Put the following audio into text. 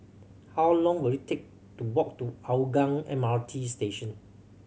how long will it take to walk to Hougang M R T Station